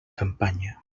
campanya